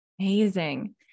Amazing